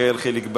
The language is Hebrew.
יחיאל חיליק בר,